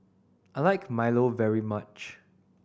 I like milo very much